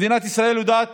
מדינת ישראל יודעת